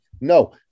No